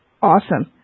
awesome